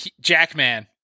Jackman